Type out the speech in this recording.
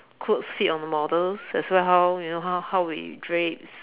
clothes fit on models that's why how you know how how would it drapes